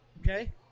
Okay